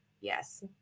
Yes